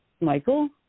Michael